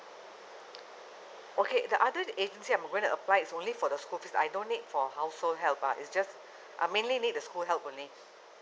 okay the other agency I'm going to apply is only for the school fees I don't need for household help lah it's just I mainly need the school help only